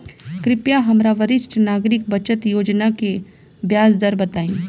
कृपया हमरा वरिष्ठ नागरिक बचत योजना के ब्याज दर बताई